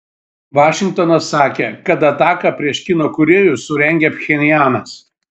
vašingtonas sakė kad ataką prieš kino kūrėjus surengė pchenjanas